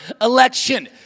election